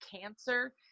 cancer